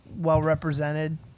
well-represented